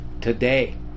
today